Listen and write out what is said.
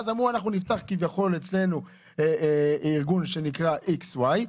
אז החליטו לפתוח ארגון שנקרא XY,